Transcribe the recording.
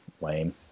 lame